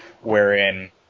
wherein